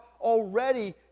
already